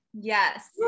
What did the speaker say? Yes